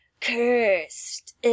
cursed